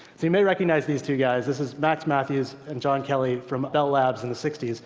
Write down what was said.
you may recognize these two guys. this is max mathews and john kelly from bell labs in the sixty s,